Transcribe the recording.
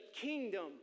kingdom